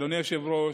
אדוני היושב-ראש,